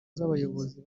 z’abayobozi